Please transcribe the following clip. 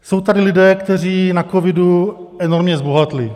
Jsou tady lidé, kteří na covidu enormně zbohatli.